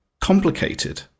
complicated